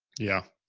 yeah.